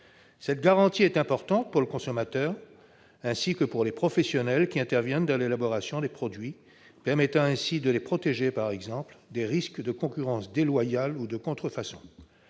Cette garantie est importante pour le consommateur, ainsi que pour les professionnels qui interviennent dans l'élaboration des produits. Elle permet en effet de protéger ceux-ci, par exemple, des risques de concurrence déloyale ou de contrefaçon.